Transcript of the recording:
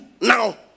now